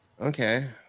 Okay